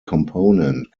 component